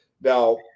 Now